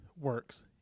works